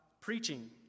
preaching